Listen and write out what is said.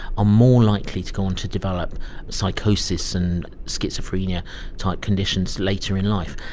are more likely to go on to develop psychosis and schizophrenia type conditions later in life.